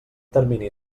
termini